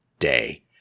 day